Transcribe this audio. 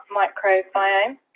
microbiome